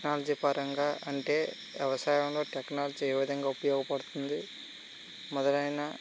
technology పరంగా అంటే వ్యవసాయంలో టెక్నాలజీ ఏ విధంగా ఉపయోగపడుతుంది మొదలైన